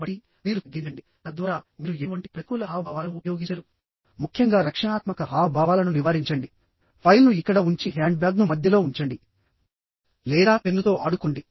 కాబట్టి మీరు తగ్గించండితద్వారా మీరు ఎటువంటి ప్రతికూల హావభావాలను ఉపయోగించరుముఖ్యంగా రక్షణాత్మక హావభావాలను నివారించండి ఫైల్ను ఇక్కడ ఉంచి హ్యాండ్బ్యాగ్ను మధ్యలో ఉంచండి లేదా పెన్నుతో ఆడుకోండి